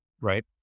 right